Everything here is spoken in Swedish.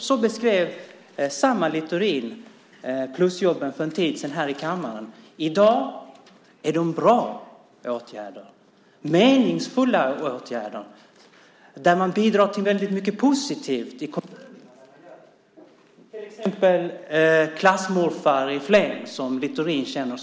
Så beskrev Littorin plusjobben för en tid sedan i kammaren. I dag är dessa åtgärder bra och meningsfulla. Plusjobbarna bidrar till mycket positivt i kommunerna, till exempel som klassmorfar i Flen.